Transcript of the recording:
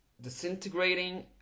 disintegrating